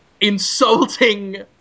insulting